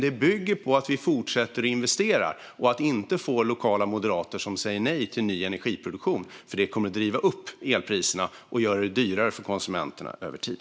Detta bygger dock på att vi fortsätter att investera och inte får lokala moderater som säger nej till ny energiproduktion, för det kommer att driva upp elpriserna och göra det dyrare för konsumenterna över tid.